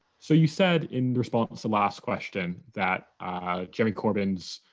so you said in response to the last question that ah jeremy corbyn's